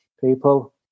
people